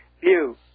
view